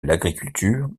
l’agriculture